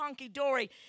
honky-dory